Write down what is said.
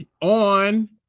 On